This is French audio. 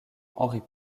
henri